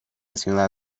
ciudad